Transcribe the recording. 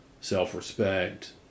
self-respect